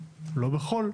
לא בכל,